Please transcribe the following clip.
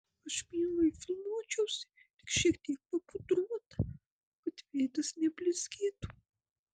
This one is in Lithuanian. aš mielai filmuočiausi tik šiek tiek papudruota kad veidas neblizgėtų